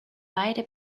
weide